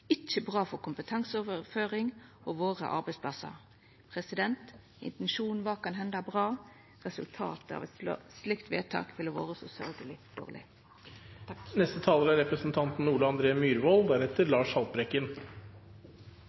ikkje bra for kompetanseoverføring og arbeidsplassane våre. Det kan henda at intensjonen bak er bra – resultatet av eit slikt vedtak ville vore så sørgjeleg dårleg. Det er